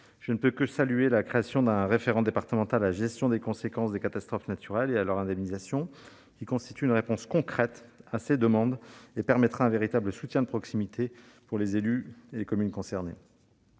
Je ne puis que saluer la création d'un référent départemental à la gestion des conséquences des catastrophes naturelles et à leur indemnisation, qui constitue une réponse concrète à ces demandes et permettra un véritable soutien de proximité pour les communes concernées.